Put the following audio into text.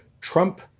Trump